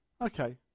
Okay